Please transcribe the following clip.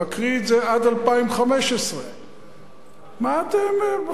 ומקריא שזה עד 2015. בחייכם,